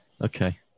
Okay